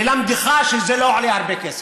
ללמדך שזה לא עולה הרבה כסף.